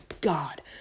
god